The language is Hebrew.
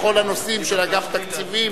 וכל הנושאים של אגף התקציבים,